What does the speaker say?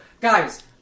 Guys